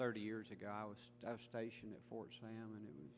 thirty years ago i was stationed at fort sam